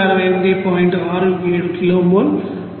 67 kilo mole క్యూమెన్3